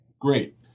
Great